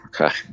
Okay